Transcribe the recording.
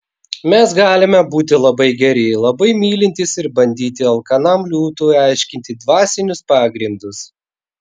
mes galime būti labai geri labai mylintys ir bandyti alkanam liūtui aiškinti dvasinius pagrindus